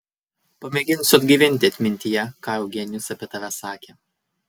pamėginsiu atgaivinti atmintyje ką eugenijus apie tave sakė